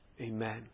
Amen